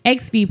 XV